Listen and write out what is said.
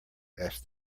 asked